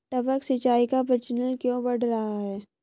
टपक सिंचाई का प्रचलन क्यों बढ़ रहा है?